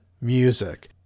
music